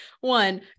One